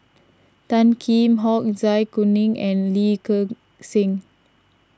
Tan Kheam Hock Zai Kuning and Lee Gek Seng